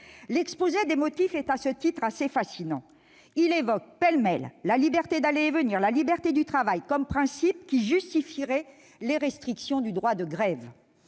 exposé des motifs est à ce titre assez fascinant. Il évoque pêle-mêle la liberté d'aller et venir et la liberté du travail comme principes qui justifieraient des restrictions au droit de grève.